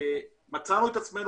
מצאנו את עצמנו